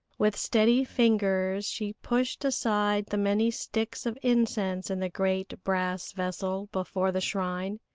with steady fingers she pushed aside the many sticks of incense in the great brass vessel before the shrine,